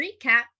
recap